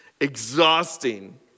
exhausting